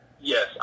Yes